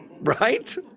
Right